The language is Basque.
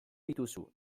dituzu